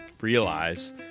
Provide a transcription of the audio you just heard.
realize